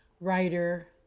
writer